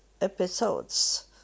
episodes